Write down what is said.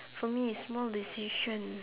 for me small decision